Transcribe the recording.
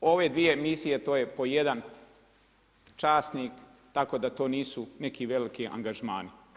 Ove dvije misije to je po jedan časnik, tako da to nisu neki veliki angažmani.